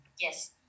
yes